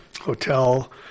hotel